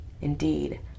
Indeed